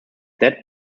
dead